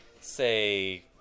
say